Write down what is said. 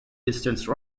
distance